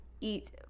eat